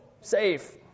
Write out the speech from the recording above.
safe